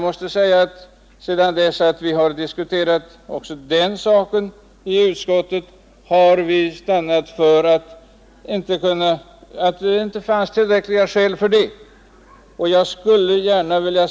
Men efter att ha diskuterat också den saken i utskottet stannade vi för att det inte fanns tillräckliga skäl för en sådan utredning.